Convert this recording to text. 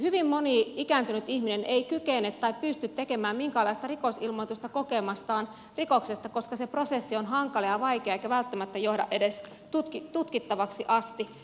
hyvin moni ikääntynyt ihminen ei kykene tai pysty tekemään minkäänlaista rikosilmoitusta kokemastaan rikoksesta koska se prosessi on hankala ja vaikea eikä välttämättä johda edes tutkittavaksi asti